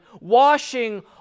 washing